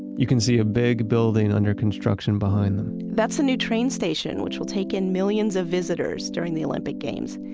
you can see a big building under construction behind them that's a new train station which will take in millions of visitors during the olympic games.